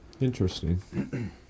Interesting